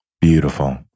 Beautiful